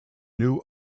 new